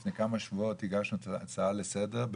לפני כמה שבועות הגשנו את ההצעה לסדר,